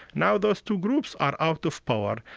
now those two groups are out of power,